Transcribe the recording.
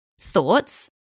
thoughts